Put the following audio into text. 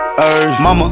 Mama